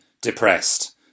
depressed